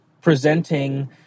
presenting